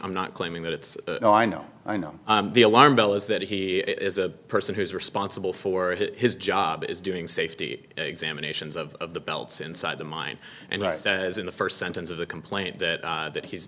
i'm not claiming that it's no i know i know the alarm bell is that he is a person who is responsible for his job is doing safety examinations of the belts inside the mine and says in the first sentence of the complaint that that he's